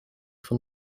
van